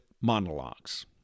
monologues